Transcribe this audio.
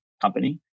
company